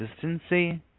consistency